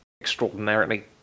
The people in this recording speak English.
extraordinarily